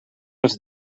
els